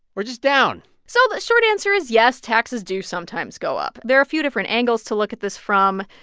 or just down? so the short answer is, yes, taxes do sometimes go up. there are a few different angles to look at this from.